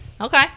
okay